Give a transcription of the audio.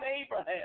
Abraham